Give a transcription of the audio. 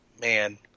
man